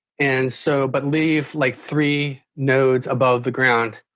and so, but leave like three nodes above the ground.